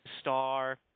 star